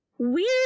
weird